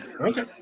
Okay